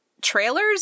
trailers